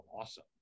awesome